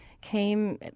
came